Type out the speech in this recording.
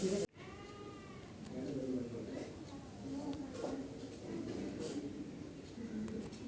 ಹೊಲ್ದಾಗ ಒಣ ಮಣ್ಣ ಇತ್ತು ಅಂದ್ರ ಅದುಕ್ ಮೂರ್ ನಾಕು ಇಂಚ್ ನೀರುಣಿಸಿ ವಿಲ್ಟಿಂಗ್ ಆಗದು ತಪ್ಪಸ್ತಾರ್